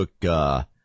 took –